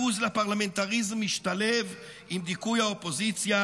הבוז לפרלמנטריזם משתלב עם דיכוי האופוזיציה